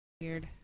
weird